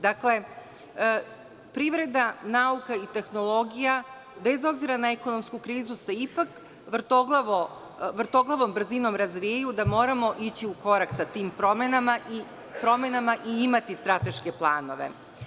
Dakle, privreda, nauka i tehnologija, bez obzira na ekonomsku krizu, se ipak vrtoglavom brzinom razvijaju, da moramo ići u korak sa tim promenama i imati strateške planove.